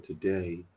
today